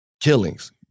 Killings